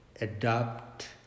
adopt